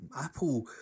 Apple